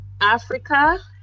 africa